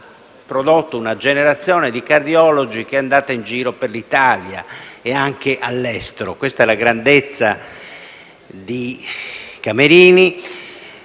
ha prodotto una generazione di cardiologi che sono andati in giro per l'Italia e anche all'estero. Questa è la grandezza di Camerini.